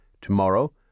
tomorrow